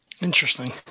Interesting